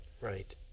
Right